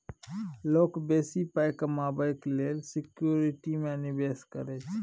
लोक बेसी पाइ कमेबाक लेल सिक्युरिटी मे निबेश करै छै